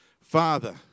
Father